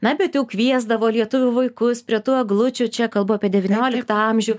na bet jau kviesdavo lietuvių vaikus prie tų eglučių čia kalbu apie devynioliktą amžių